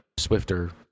swifter